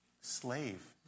Slave